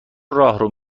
راهرو